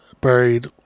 buried